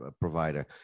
provider